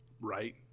right